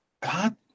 God